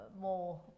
more